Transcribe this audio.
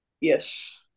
Yes